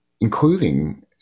including